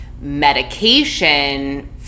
medication